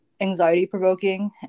anxiety-provoking